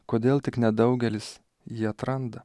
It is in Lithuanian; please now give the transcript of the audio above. kodėl tik nedaugelis jį atranda